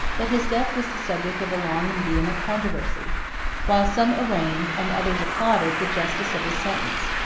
but his death was the subject of a long and vehement controversy while some arraigned, and others applauded, the justice of his sentence.